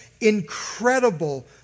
incredible